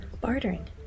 bartering